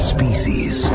species